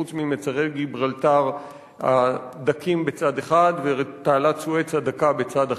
חוץ ממצרי גיברלטר הדקים בצד אחד ותעלת סואץ הדקה בצד אחר.